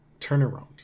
turnaround